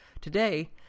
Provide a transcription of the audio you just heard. Today